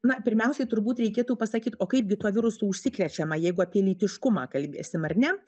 na pirmiausiai turbūt reikėtų pasakyti o kaip gi tuo virusu užsikrečiama jeigu apie lytiškumą kalbėsim ar ne